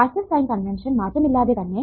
passive sign convention മാറ്റമില്ലാതെ തന്നെ